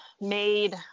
made